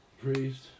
Priest